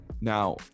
Now